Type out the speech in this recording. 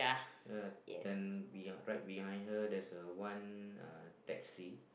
uh and we are right behind her there is a one uh taxi